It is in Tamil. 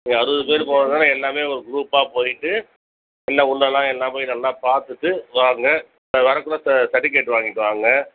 நீங்கள் அறுபது பேர் போகறதுனால எல்லாமே ஒரு க்ரூப்பாக போய்விட்டு எல்லாம் ஒன்னாக எல்லாம் போய் நல்லா பார்த்துட்டு வாங்க வரக்குள்ளே ச சர்டிஃபிகேட் வாங்கிகிட்டு வாங்க